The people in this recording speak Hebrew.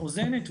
מאוזנת,